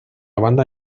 banda